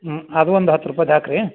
ಹ್ಞೂ ಅದು ಒಂದು ಹತ್ತು ರೂಪಾಯಿದ್ ಹಾಕಿರೀ